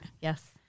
Yes